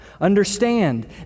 Understand